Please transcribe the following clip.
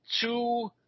two